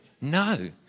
No